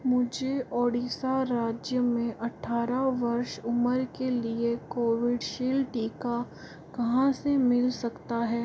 मुझे ओडिसा राज्य में अठारह वर्ष उम्र के लिए कोविडशिल्ड टीका कहाँ से मिल सकता है